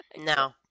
No